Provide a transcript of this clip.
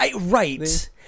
Right